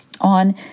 on